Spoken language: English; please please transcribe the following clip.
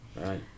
Right